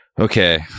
Okay